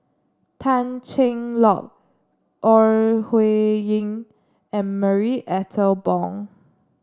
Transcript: Tan Cheng Lock Ore Huiying and Marie Ethel Bong